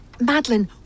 Madeline